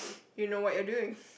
you know what you're doing